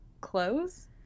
clothes